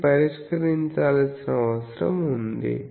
ఇది పరిష్కరించాల్సిన అవసరం ఉంది